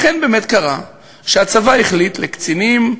אכן באמת קרה שהצבא החליט, לקצינים,